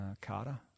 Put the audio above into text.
carter